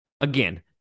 again